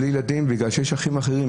בגלל שיש אחים אחרים,